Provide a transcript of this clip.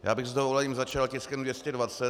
Já bych s dovolením začal tiskem 220.